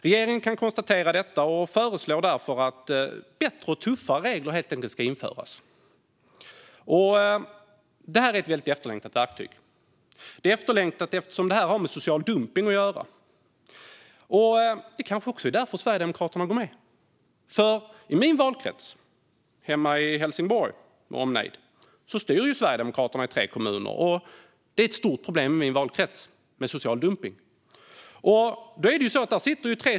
Regeringen kan konstatera detta och föreslår därför att bättre och tuffare regler helt enkelt ska införas. Det här är ett väldigt efterlängtat verktyg, eftersom detta har med social dumpning att göra. Det är kanske också därför Sverigedemokraterna går med. I min valkrets, hemma i Helsingborg med omnejd, styr Sverigedemokraterna i tre kommuner, och social dumpning är ett stort problem där.